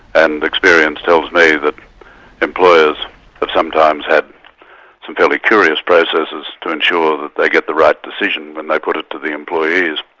and experience tells me that employers have sometimes had some fairly curious processes to ensure that they get the right decision when they put it to the employees.